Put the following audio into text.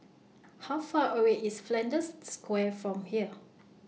How Far away IS Flanders Square from here